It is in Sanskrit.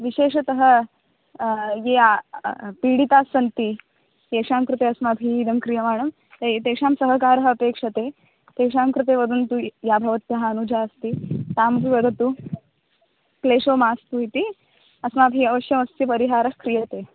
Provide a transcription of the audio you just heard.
विशेषतः या पीडिताः सन्ति तेषां कृते अस्माभिः इदं क्रियमाणं तेषां सहकारः अपेक्षते तेषां कृते वदन्तु या भवत्याः अनुजा अस्ति तामपि वदतु क्लेषो मास्तु इति अस्माभिः अवश्यमस्य परिहारः क्रीयते